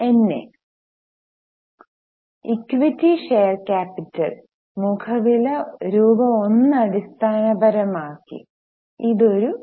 എൻഎ equity share capital മുഖവില രൂപ 1 അടിസ്ഥാനപരമായി ഇത് ഒരു ഇ